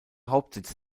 hauptsitz